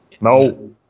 No